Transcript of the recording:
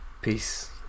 Peace